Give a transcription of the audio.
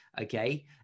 okay